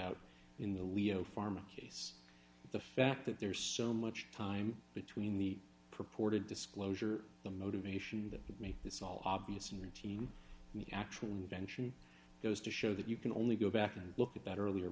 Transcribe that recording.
out in the leo farmer case the fact that there's so much time between the purported disclosure the motivation to make this all obvious and routine and the actual invention goes to show that you can only go back and look at that earlier